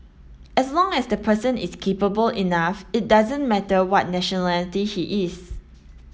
as long as the person is capable enough it doesn't matter what nationality he is